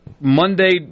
Monday